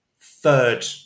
third